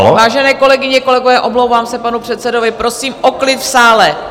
Vážené kolegyně a kolegové, omlouvám se panu předsedovi, prosím o klid v sále.